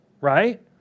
Right